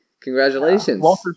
Congratulations